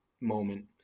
moment